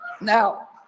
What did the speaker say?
Now